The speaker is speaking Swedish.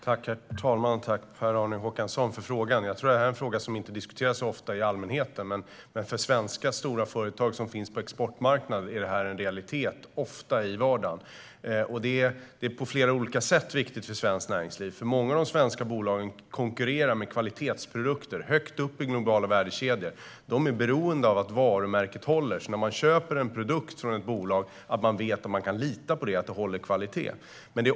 Herr talman! Tack, Per-Arne Håkansson, för frågan! Det är en fråga som inte diskuteras så ofta bland allmänheten, men för stora svenska företag på exportmarknaden är detta ofta en realitet i vardagen. På flera olika sätt är detta viktigt för svenskt näringsliv. Många av de svenska bolagen konkurrerar med kvalitetsprodukter högt upp i globala värdekedjor. De är beroende av att varumärket håller. När man köper en produkt från ett bolag ska man veta att man kan lita på att den håller kvalitet.